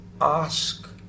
ask